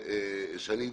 שאני בטוח,